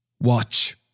Watch